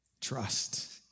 Trust